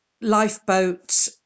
Lifeboat